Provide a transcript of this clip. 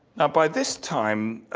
now by this time,